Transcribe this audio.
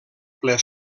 ple